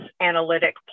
analytic